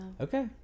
Okay